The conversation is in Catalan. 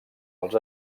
els